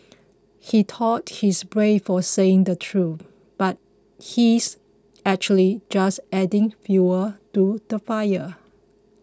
he thought he's brave for saying the truth but he's actually just adding fuel to the fire